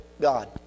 God